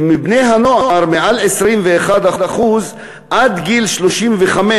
שמעל 21% מבני-הנוער עד גיל 35,